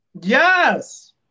Yes